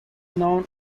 known